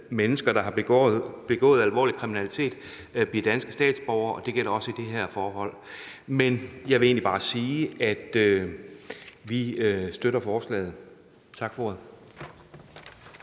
mennesker, der har begået alvorlig kriminalitet, bliver danske statsborgere, og det gælder også i det her forhold. Men jeg vil egentlig bare sige, at vi støtter forslaget. Tak for ordet.